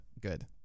good